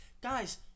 Guys